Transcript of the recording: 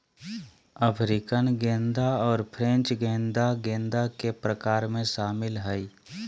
African गेंदा और French गेंदा गेंदा के प्रकार में शामिल हइ